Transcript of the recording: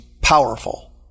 powerful